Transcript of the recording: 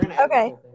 Okay